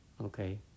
okay